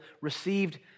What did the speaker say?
received